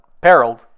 periled